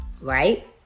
right